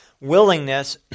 willingness